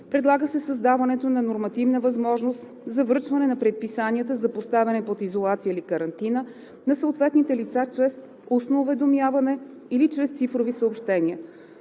Предлага се създаването на нормативна възможност за връчване на предписанията за поставяне под изолация или карантина на съответните лица чрез устно уведомяване или чрез цифрови съобщения.